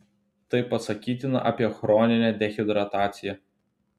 tai pasakytina apie chroninę dehidrataciją